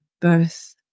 birth